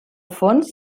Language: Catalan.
fons